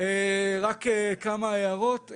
כמה הערות.